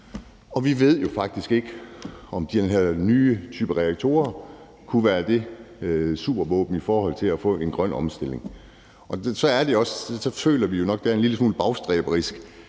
Og vi ved jo faktisk ikke, om den her nye type reaktorer kunne være et supervåben i forhold til at få en grøn omstilling, så vi føler nok også, at det er en lille smule bagstræberisk